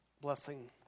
blessing